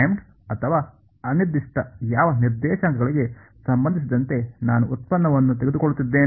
primed ಅಥವಾ ಅನಿರ್ದಿಷ್ಟ ಯಾವ ನಿರ್ದೇಶಾಂಕಗಳಿಗೆ ಸಂಬಂಧಿಸಿದಂತೆ ನಾನು ಉತ್ಪನ್ನವನ್ನು ತೆಗೆದುಕೊಳ್ಳುತ್ತಿದ್ದೇನೆ